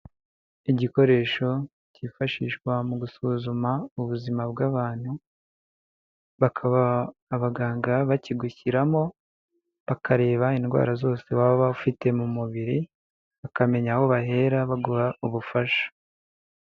Igikoresho cyifashishwa mu gusuzuma ubuzima bw'abantu, bakaba abaganga bakigushyiramo bakareba indwara zose baba ufite mu mubiri, bakamenya aho bahera baguha ubufasha.